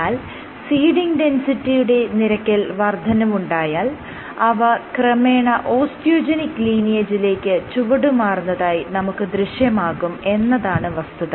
എന്നാൽ സീഡിങ് ഡെന്സിറ്റിയുടെ നിരക്കിൽ വർദ്ധനവുണ്ടായാൽ അവ ക്രമേണ ഓസ്റ്റിയോജെനിക് ലീനിയേജിലേക്ക് ചുവടുമാറുന്നതായി നമുക്ക് ദൃശ്യമാകും എന്നതാണ് വസ്തുത